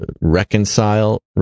reconcile